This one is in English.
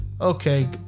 Okay